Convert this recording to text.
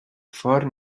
forn